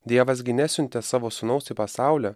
dievas gi nesiuntė savo sūnaus į pasaulį